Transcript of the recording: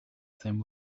same